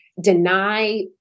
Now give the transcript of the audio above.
deny